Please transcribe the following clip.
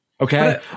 Okay